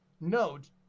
note